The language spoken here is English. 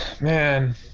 Man